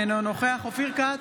אינו נוכח אופיר כץ,